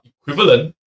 equivalent